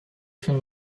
from